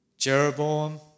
Jeroboam